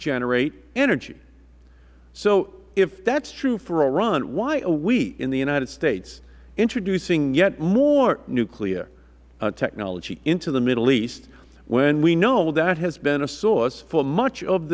generate energy so if that is true for iran why are we in the united states introducing yet more nuclear technology into the middle east when we know that has been a source for much of